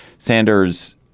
sanders